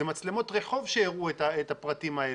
זה מצלמות רחוב שהראו את הפרטים האלה.